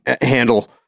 handle